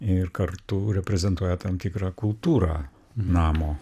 ir kartu reprezentuoja tam tikrą kultūrą namo